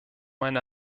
mein